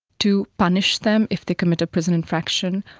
to punish them if they commit a prison infraction,